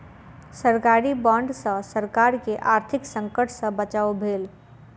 सरकारी बांड सॅ सरकार के आर्थिक संकट सॅ बचाव भेल